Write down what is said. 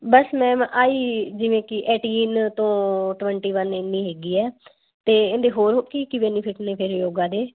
ਬਸ ma'am ਆਈ ਜਿਵੇਂ ਕਿ ਏਟੀਨ ਤੋਂ ਟਵੰਟੀ ਵਨ ਇੰਨੀ ਹੈਗੀ ਹੈ ਅਤੇ ਇਹਦੇ ਹੋਰ ਕੀ ਕੀ ਬੈਨੀਫਿਟ ਨੇ ਫਿਰ ਯੋਗਾਂ ਦੇ